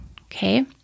Okay